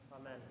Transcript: Amen